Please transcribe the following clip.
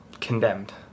condemned